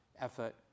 effort